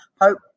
hope